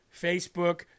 Facebook